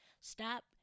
stop